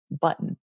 button